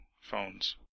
phones